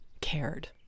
cared